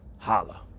Holla